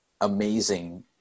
amazing